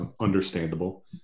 understandable